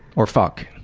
or fuck.